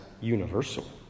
universal